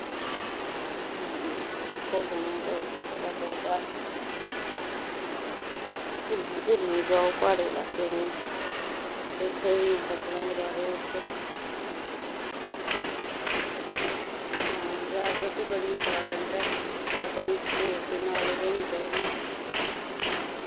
उत्थें दिक्खो सुनो ते पता चलदा घूमने फिरने जाओ प्हाड़ी लाक्कें ते उत्थें दियां फसलां दे बारे उत्थो हां जाग्राफी बड़ी इम्पोर्टेन्ट ऐ अपनी स्टेट दी नालेज होनी चाहिदी